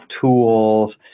tools